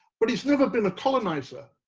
but he's never been a colonizer.